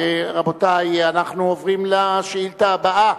רבותי, אנחנו עוברים לשאילתא הבאה,